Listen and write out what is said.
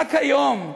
רק היום,